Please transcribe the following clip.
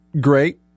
great